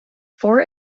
four